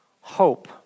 hope